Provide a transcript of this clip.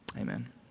Amen